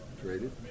traded